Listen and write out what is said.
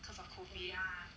because of COVID